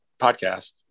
podcast